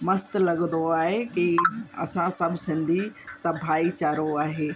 मस्तु लॻंदो आहे कि असां सभु सिंधी सभु भाईचारो आहे